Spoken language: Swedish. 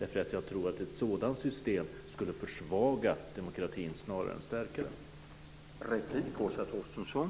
Jag tror att ett sådant system skulle försvaga demokratin snarare än stärka den.